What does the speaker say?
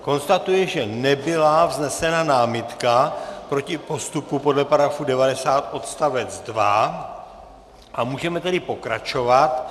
Konstatuji, že nebyla vznesena námitka proti postupu podle § 90 odst. 2, a můžeme tedy pokračovat.